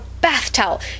bath-towel